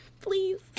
Please